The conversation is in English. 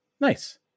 nice